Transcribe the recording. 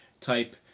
type